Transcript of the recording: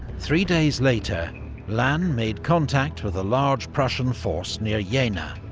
three days later lannes made contact with a large prussian force near yeah jena,